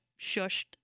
shushed